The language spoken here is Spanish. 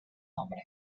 nombre